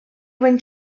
wyn